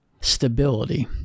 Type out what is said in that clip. stability